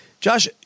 Josh